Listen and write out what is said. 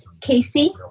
Casey